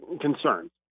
concerns